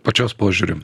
pačios požiūriu